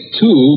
two